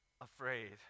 afraid